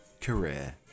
career